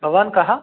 भवान् कः